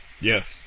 Yes